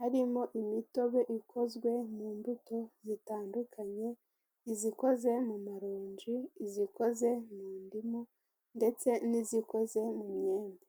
harimo imitobe ikozwe mu mbuto zitandukanye izikoze mu maronji, izikoze mu ndimu ndetse n'izikoze mu mwembe.